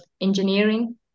engineering